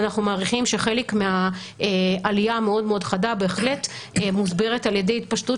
אנחנו מעריכים שחלק מהעלייה המאוד מאוד חדה בהחלט מוסברת על ידי התפשטות